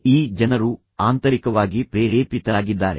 ಈ ಜನರು ಆಂತರಿಕವಾಗಿ ಪ್ರೇರೇಪಿತರಾಗಿದ್ದಾರೆ